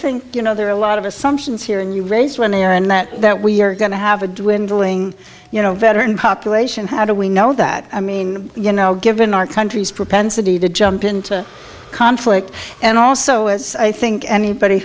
think you know there are a lot of assumptions here and you raised money on that that we are going to have a dwindling you know veteran population how do we know that i mean you know given our country's propensity to jump into conflict and also as i think anybody